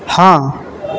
ہاں